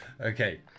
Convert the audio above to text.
Okay